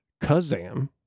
Kazam